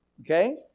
Okay